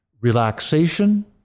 Relaxation